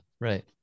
right